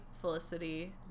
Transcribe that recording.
Felicity